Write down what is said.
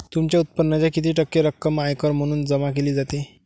तुमच्या उत्पन्नाच्या किती टक्के रक्कम आयकर म्हणून जमा केली जाते?